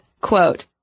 quote